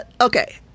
okay